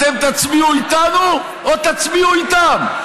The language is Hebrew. אתם תצביעו איתנו או תצביעו איתם?